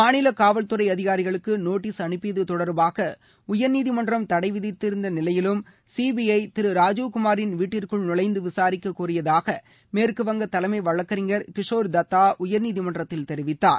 மாநில காவல்துறை அதிகாரிகளுக்கு நோட்டீஸ் அனுப்பியது தொடர்பாக உயா்நீதிமன்றம் தடை விதித்திருந்த நிலையிலும் சிபிஐ திரு ராஜீவ்குமாரின் வீட்டிற்குள் நுழைந்து விசாரிக்க கோரியதாக மேற்குவங்க தலைமை வழக்கறிஞர் கிஷோர் தத்தா உயர்நீதிமன்றத்தில் தெரிவித்தார்